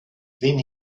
then